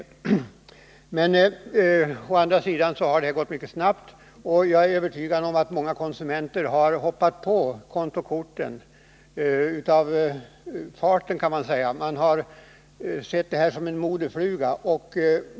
Utvecklingen har emellertid gått mycket snabbt, och jag är övertygad om att många konsumenter har hoppat på kontokorten av bara farten. De har sett det hela som en modefluga.